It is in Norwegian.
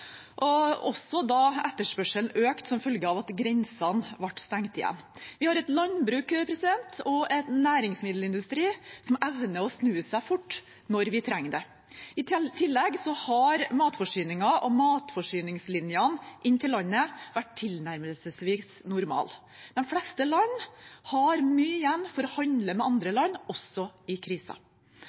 også da etterspørselen økte som følge av at grensene ble stengt igjen. Vi har et landbruk og en næringsmiddelindustri som evner å snu seg fort når vi trenger det. I tillegg har matforsyningen og matforsyningslinjene inn til landet vært tilnærmelsesvis normale. De fleste land har mye igjen for å handle med andre land, også i